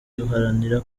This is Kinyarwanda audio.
duharanira